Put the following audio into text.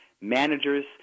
managers